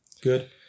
good